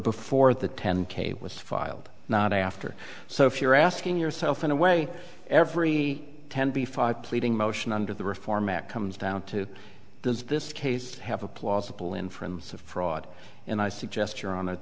before the ten k was filed not after so if you're asking yourself in a way every ten b five pleading motion under the reform act comes down to does this case have a plausible inference of fraud and i suggest you're on